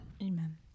Amen